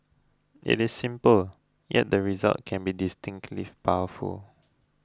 it is simple yet the results can be distinctly powerful